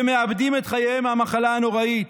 ומאבדים את חייהם מהמחלה הנוראית,